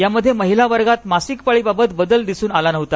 यामध्ये महिलावर्गात मासिकपाळी बाबत बदल दिसून आलेला नव्हता